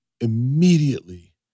immediately